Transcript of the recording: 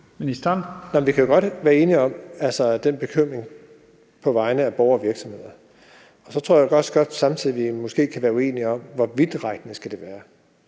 Vi kan jo godt være enige om den bekymring på vegne af borgere og virksomheder, og så tror jeg også godt, vi samtidig måske kan være uenige om, hvor vidtrækkende det skal være,